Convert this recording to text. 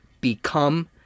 become